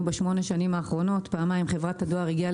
ב-8 השנים האחרונות כאשר פעמיים חברת הדואר הגיעה